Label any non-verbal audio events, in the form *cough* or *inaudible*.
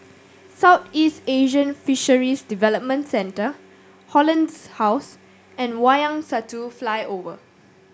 *noise* Southeast Asian Fisheries Development Centre Hollandse house and Wayang Satu Flyover